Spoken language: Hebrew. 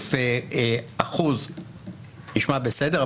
להוסיף אחוז נשמע בסדר,